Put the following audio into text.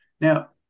now